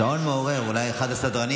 שעון מעורר, אולי אחד הסדרנים.